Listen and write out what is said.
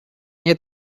nie